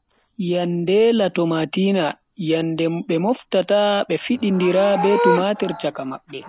Nyalande la tomatina, yende moftata fidindira be tumatir chaka mabbe.